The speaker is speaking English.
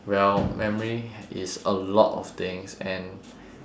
well memory is a lot of things and